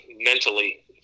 mentally